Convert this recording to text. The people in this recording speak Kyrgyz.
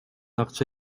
акча